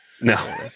No